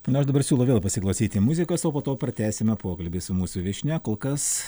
nu aš dabar siūlau vėl pasiklausyti muzikos o po to pratęsime pokalbį su mūsų viešnia kol kas